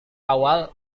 awal